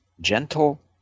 gentle